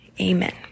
amen